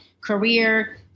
career